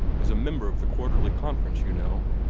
is a member of the quarterly conference, you know,